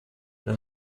that